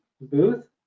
Booth